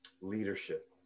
leadership